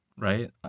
right